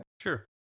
sure